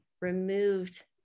removed